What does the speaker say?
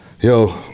Yo